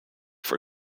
for